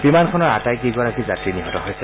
বিমানখনৰ আটাইকেইগাকী যাত্ৰী নিহত হৈছে